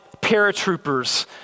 paratroopers